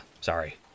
sorry